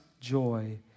joy